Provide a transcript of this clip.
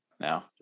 now